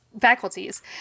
faculties